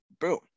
boom